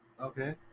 Okay